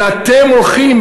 אלא אתם הולכים,